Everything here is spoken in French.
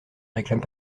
réclame